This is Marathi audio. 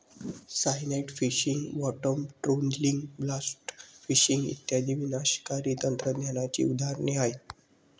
cyanide fishing, bottom trawling, blast fishing इत्यादी विनाशकारी तंत्रज्ञानाची उदाहरणे आहेत